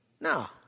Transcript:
No